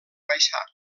baixar